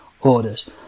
orders